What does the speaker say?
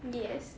yes